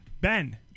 Ben